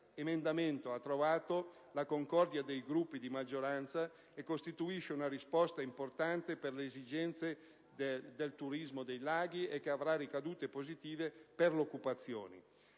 emendamento ha trovato la concordia dei Gruppi di maggioranza, costituisce una risposta importante per le esigenze del turismo dei laghi e avrà ricadute positive per l'occupazione.